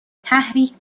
تحریک